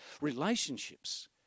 relationships